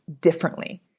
differently